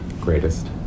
greatest